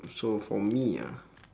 so for me ah